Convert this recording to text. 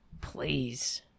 Please